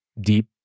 deep